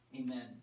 amen